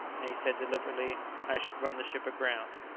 and he said deliberately i should run the ship aground.